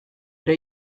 ere